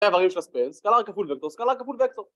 אברים של הספנס, סקלר כפול וקטור, סקלר כפול וקטור